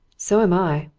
so am i,